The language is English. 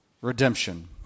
redemption